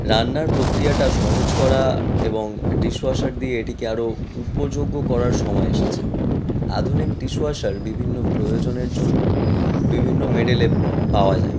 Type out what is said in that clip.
রান্নার প্রক্রিয়াটা সহজ করা এবং ডিশ ওয়াশার দিয়ে এটিকে আরো উপযোগ্য করার সময় এসেছে আধুনিক ডিশ ওয়াশার বিভিন্ন প্রয়োজনের জন্য বিভিন্ন মডেলে পাওয়া যায়